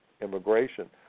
immigration